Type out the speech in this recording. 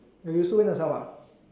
oh you also went yourself ah